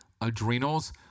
adrenals